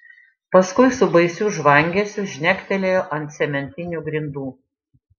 paskui su baisiu žvangesiu žnektelėjo ant cementinių grindų